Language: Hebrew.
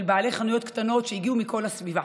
בעלי חנויות קטנות שהגיעו מכל הסביבה.